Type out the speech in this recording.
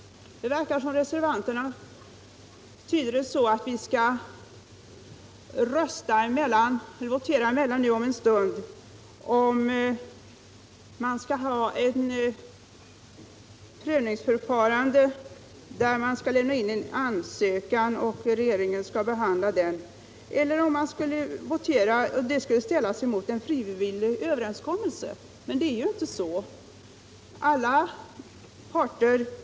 Det verkar som om de tyder det hela så att vi om en stund skall votera mellan å ena sidan ett prövningsförfarande — varvid ansökan skall lämnas in till regeringen, som skall behandla den —, å andra sidan en frivillig överenskommelse inom skogsindustrin. Men det är inte så.